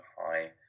high